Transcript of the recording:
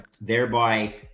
thereby